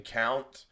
count